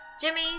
Jimmy